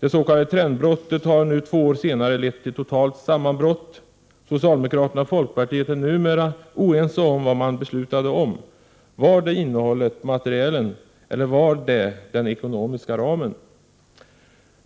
Det s.k. trendbrottet har nu, två år senare, lett till totalt sammanbrott. Socialdemokraterna och folkpartiet är numera oense om vad man fattade beslut om: var det innehållet — materielen — eller var det den ekonomiska ramen?